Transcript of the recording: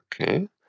Okay